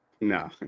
no